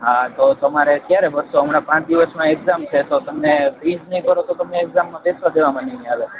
હા તો તમારે ક્યારે ભરશો હમણાં પાંચ દિવસમાં એક્ઝામ છે તો તમને ફીસ નઈ ભરો તો તમને એક્ઝામમાં બેસવા દેવામાં નઈ આવે